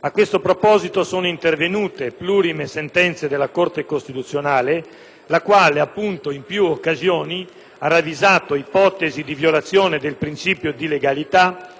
A questo proposito sono intervenute plurime sentenze della Corte costituzionale, la quale ha in più occasioni ravvisato ipotesi di violazione del principio di legalità